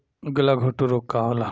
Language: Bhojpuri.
गलघोटू रोग का होला?